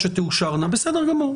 שתאושרנה, בסדר גמור.